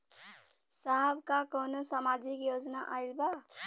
साहब का कौनो सामाजिक योजना आईल बा?